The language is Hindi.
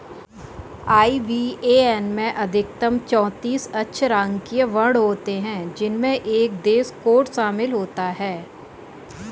आई.बी.ए.एन में अधिकतम चौतीस अक्षरांकीय वर्ण होते हैं जिनमें एक देश कोड शामिल होता है